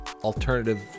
alternative